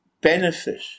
benefit